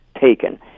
taken